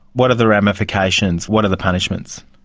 what are the ramifications, what are the punishments?